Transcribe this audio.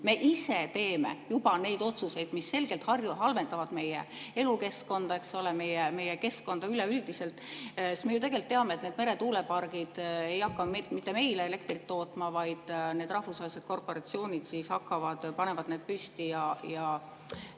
me teeme juba ise neid otsuseid, mis selgelt halvendavad meie elukeskkonda, meie keskkonda üleüldiselt. Me ju tegelikult teame, et need meretuulepargid ei hakka mitte meile elektrit tootma, vaid rahvusvahelised korporatsioonid panevad need püsti ja